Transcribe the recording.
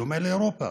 בדומה לאירופה,